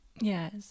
yes